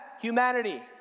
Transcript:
Humanity